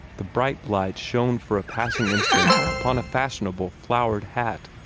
the bright light shone for a passing instant upon a fashionable, flowered hat,